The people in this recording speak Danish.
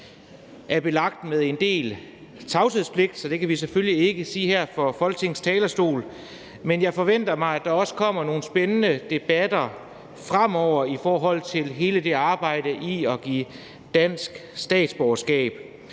er belagt med en del tavshedspligt, så vi kan selvfølgelig ikke sige så meget her fra Folketingets talerstol, men jeg forventer, at der også kommer nogle spændende debatter fremover i forbindelse med hele det arbejde med at give dansk statsborgerskab.